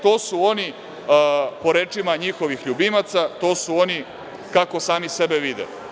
To su oni, po rečima njihovih ljubimaca, kako sami sebe vide.